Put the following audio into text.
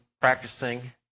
practicing